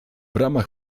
ramach